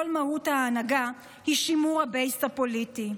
כל מהות ההנהגה היא שימור הבייס הפוליטי.